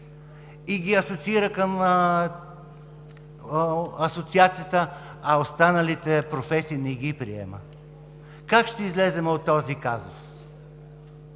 и ги асоциира, а останалите професии не ги приема. Как ще излезем от този казус?